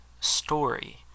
story